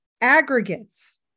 aggregates